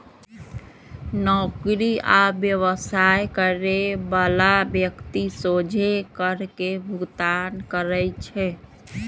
नौकरी आ व्यवसाय करे बला व्यक्ति सोझे कर के भुगतान करइ छै